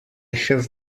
have